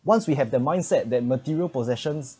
once we have the mindset that material possessions